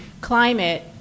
climate